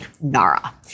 NARA